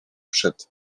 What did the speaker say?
przed